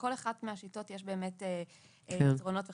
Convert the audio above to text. בכל אחת מהשיטות יש יתרונות וחסרונות,